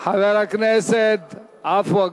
עפו אגבאריה,